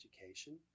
Education